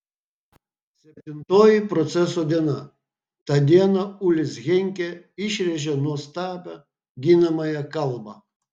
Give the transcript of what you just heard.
septintoji proceso diena tą dieną ulis henkė išrėžė nuostabią ginamąją kalbą